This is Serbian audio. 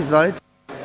Izvolite.